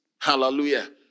hallelujah